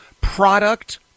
product